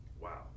Wow